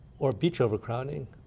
or beach overcrowding.